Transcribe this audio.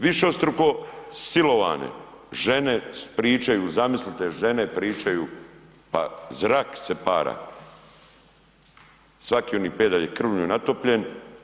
Višestruko silovane žene pričaju, zamislite žene pričaju pa zrak se para, svaki onaj pedalj krvlju je natopljen.